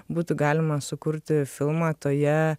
būtų galima sukurti filmą toje